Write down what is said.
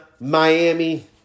Miami